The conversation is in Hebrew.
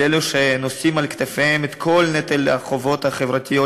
אלה שנושאים על כתפיהם את כל נטל החובות החברתיות,